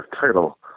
Title